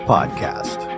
Podcast